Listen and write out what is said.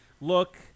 look